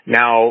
now